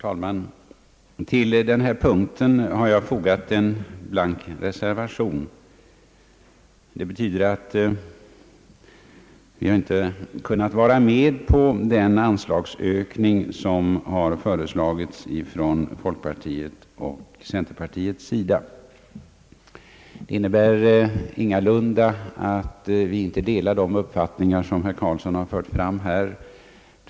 Herr talman! Vid denna punkt har jag fogat en blank reservation. Det betyder att vi högerledamöter i utskottet inte har kunnat vara med på den anslagshöjning som har föreslagits från folkpartiets och centerpartiets sida. Detta innebär ingalunda att vi inte delar de uppfattningar som herr Harry Carlsson har fört fram här.